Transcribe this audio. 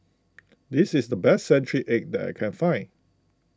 this is the best Century Egg that I can find